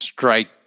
strike